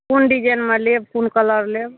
कोन डिजाइनमे लेब कोन कलर लेब